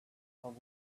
come